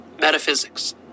metaphysics